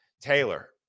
taylor